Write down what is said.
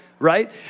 right